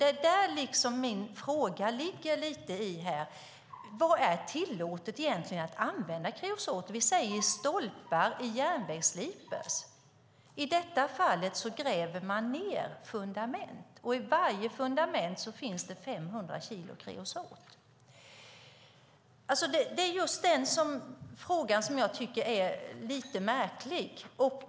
Det är där min fråga ligger: Var är det egentligen tillåtet att använda kreosot? Vi säger i stolpar och i järnvägssliprar. I detta fall gräver man ned fundament, och i varje fundament finns 500 kilo kreosot. Det är just denna fråga som jag tycker är lite märklig.